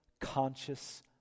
conscious